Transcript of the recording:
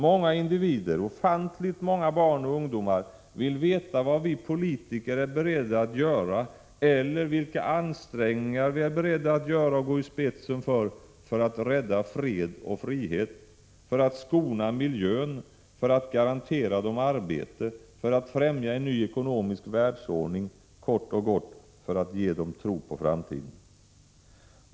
Många individer, ofantligt många barn och ungdomar, vill veta vad vi politiker är beredda att göra eller vilka ansträngningar vi är beredda att göra och gå i spetsen för, för att rädda fred och frihet, för att skona miljön, för att garantera dem arbete, för att främja en ny ekonomisk världsordning, kort och gott för att ge dem tro på framtiden.